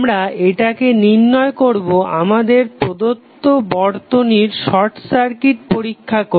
আমরা এটাকে নির্ণয় করবো আমাদের প্রদত্ত বর্তনীর শর্ট সার্কিট পরীক্ষা করে